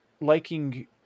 liking